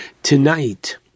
Tonight